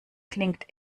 klingt